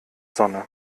sonne